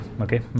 Okay